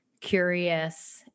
curious